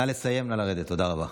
תודה רבה.